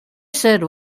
said